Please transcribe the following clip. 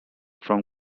from